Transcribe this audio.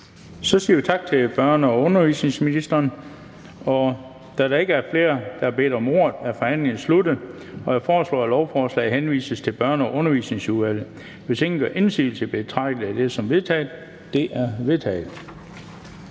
Så siger vi tak til børne- og undervisningsministeren. Da der ikke er flere, der har bedt om ordet, er forhandlingen sluttet. Jeg foreslår, at lovforslaget henvises til Børne- og Undervisningsudvalget. Hvis ingen gør indsigelse, betragter jeg det som vedtaget. Det er vedtaget.